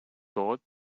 goat